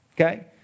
okay